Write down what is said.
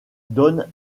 donne